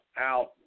Out